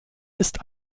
ist